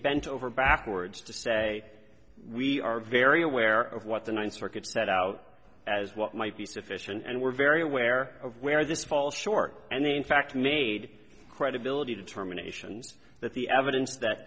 bent over backwards to say we are very aware of what the ninth circuit set out as what might be sufficient and we're very aware of where as it falls short and in fact made credibility determinations that the evidence that